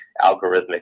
algorithmic